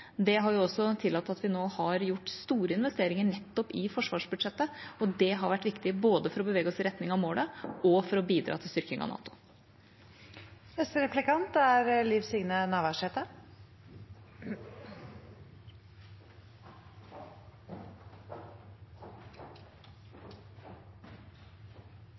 Det har også tillatt at vi nå har gjort store investeringer nettopp gjennom forsvarsbudsjettet. Det har vært viktig både for å bevege oss i retning av målet og for å bidra til styrking av